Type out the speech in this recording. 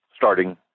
starting